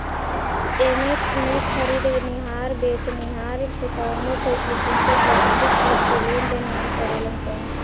एमें में खरीदनिहार बेचनिहार से कवनो किसीम के प्राकृतिक चीज के लेनदेन ना करेलन सन